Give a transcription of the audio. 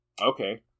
Okay